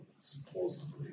Supposedly